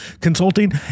consulting